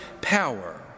power